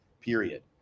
period